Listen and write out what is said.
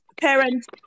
parents